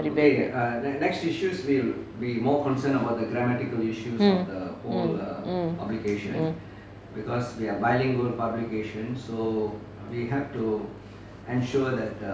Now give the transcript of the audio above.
mm mm mm mm